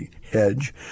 hedge